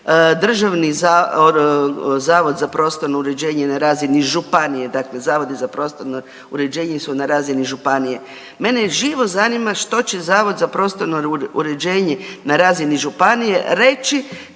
državni zavod za prostorno uređenje na razini županije, dakle zavodi za prostorno uređenje su na razini županije. Mene živo zanima što će zavod za prostorno uređenje na razini županije reći